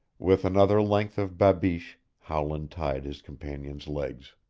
with another length of babeesh howland tied his companion's legs.